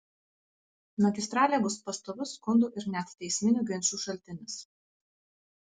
magistralė bus pastovus skundų ir net teisminių ginčų šaltinis